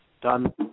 done